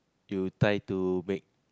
you try to make